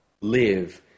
Live